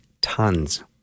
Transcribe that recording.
tons